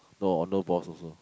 no or no balls also